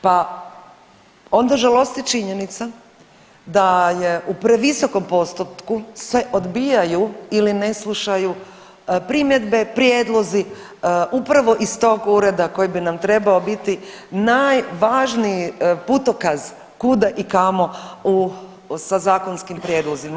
Pa onda žalosti činjenica da je u previsokom postotku se odbijaju ili ne slušaju primjedbe, prijedlozi, upravo iz tog ureda koji bi nam trebao biti najvažniji putokaz kuda i kamo u, sa zakonskim prijedlozima.